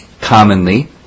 commonly